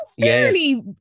fairly